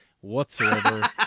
whatsoever